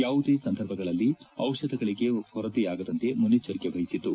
ಯಾವುದೇ ಸಂದರ್ಭಗಳಲ್ಲಿ ದಿಷಧಗಳಗೆ ಕೊರತೆಯಾಗದಂತೆ ಮುನ್ನೆಚ್ಚರಿಕೆ ವಹಿಸಿದ್ದು